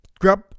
grab